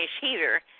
heater